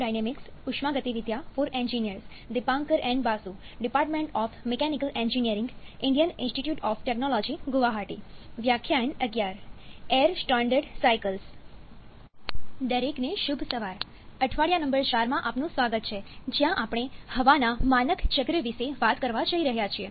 દરેકને શુભ સવાર અઠવાડિયા નંબર 4 માં આપનું સ્વાગત છે જ્યાં આપણે હવાના માનક ચક્ર વિશે વાત કરવા જઈ રહ્યા છીએ